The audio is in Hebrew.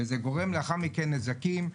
זה גורם לאחר מכן לנזקים.